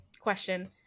question